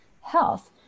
health